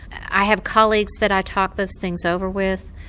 i have colleagues that i talk those things over with.